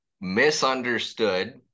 misunderstood